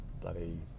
bloody